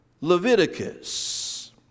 Leviticus